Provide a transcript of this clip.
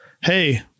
hey